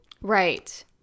Right